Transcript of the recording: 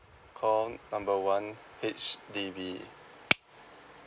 call number one H_D_B